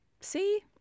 See